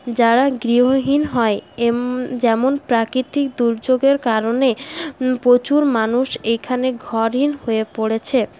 যারা গৃহহীন হয় যেমন প্রাকৃতিক দুর্যোগের কারণে প্রচুর মানুষ এইখানে ঘরহীন হয়ে পড়েছে